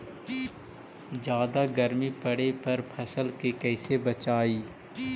जादा गर्मी पड़े पर फसल के कैसे बचाई?